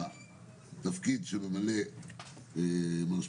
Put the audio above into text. התפקיד שממלא מר שפיגלר,